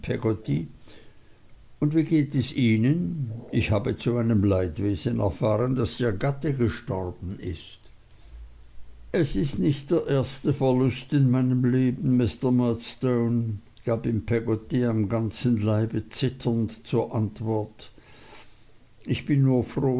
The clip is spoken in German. und wie geht es ihnen ich habe zu meinem leidwesen erfahren daß ihr gatte gestorben ist es ist nicht der erste verlust in meinem leben mr murdstone gab ihm peggotty am ganzen leibe zitternd zur antwort ich bin nur froh